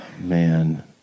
man